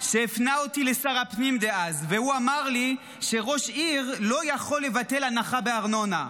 הוא אמר לי שראש העיר לא יכול לבטל הנחה בארנונה.